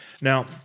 Now